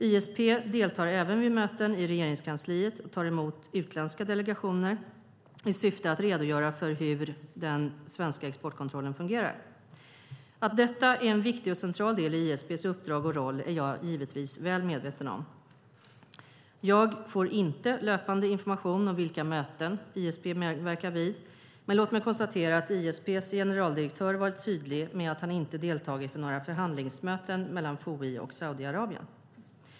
ISP deltar även vid möten i Regeringskansliet och tar emot utländska delegationer i syfte att redogöra för hur den svenska exportkontrollen fungerar. Att detta är en viktig och central del i ISP:s uppdrag och roll är jag givetvis väl medveten om. Jag får inte löpande information om vilka möten ISP medverkar vid, men låt mig konstatera att ISP:s generaldirektör varit tydlig med att han inte deltagit vid några förhandlingsmöten mellan FOI och Saudiarabien.